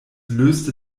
löste